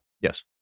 Yes